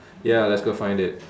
ya let's go find it